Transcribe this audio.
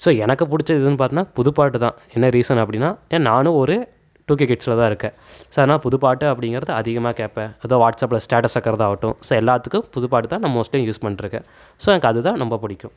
so எனக்கு பிடிச்சது எதுன்னு பார்த்திங்கன்னா புதுப்பாட்டுதான் என்ன ரீசன் அப்படின்னா ஏனால் நானும் ஒரு டூகே கிட்ஸில்தான் இருக்கேன் ஸோ அதனால புதுப்பாட்டு அப்படிங்கறது அதிகமாக கேட்பேன் அதுவும் வாட்ஸப்பில் ஸ்டேட்டஸ் வைக்கிறதா ஆகட்டும் ஸோ எல்லாத்துக்கும் புதுப்பாட்டு தான் நான் மோஸ்ட்லி யூஸ் பண்ணிகிட்ருக்கேன் ஸோ எனக்கு அது தான் ரொம்ப பிடிக்கும்